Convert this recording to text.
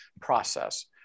process